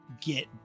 get